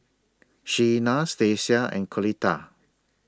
Shenna Stacia and Coletta